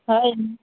हय